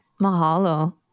Mahalo